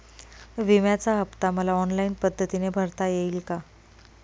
विम्याचा हफ्ता मला ऑनलाईन पद्धतीने भरता येईल का?